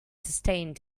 sustained